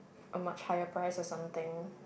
much higher price or something